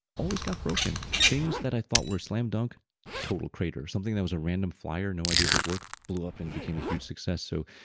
always got broken. things that i thought were slam dunk total craters, something that was a random flyer, no idea if it worked, blew up and became a huge success. so,